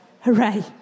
Hooray